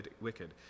wicked